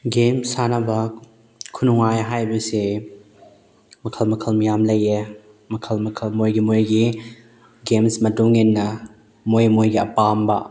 game ꯁꯥꯟꯅꯕ ꯈꯨꯅꯨꯡꯉꯥꯏ ꯍꯥꯏꯕꯁꯦ ꯃꯈꯜ ꯃꯈꯜ ꯃꯌꯥꯝ ꯂꯩꯌꯦ ꯃꯈꯜ ꯃꯈꯜ ꯃꯣꯏꯒꯤ ꯃꯣꯏꯒꯤ ꯒꯦꯝꯁ ꯃꯇꯨꯡ ꯏꯟꯅ ꯃꯣꯏ ꯃꯣꯏꯒꯤ ꯑꯄꯥꯝꯕ